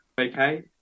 okay